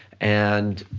and